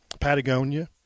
Patagonia